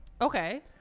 Okay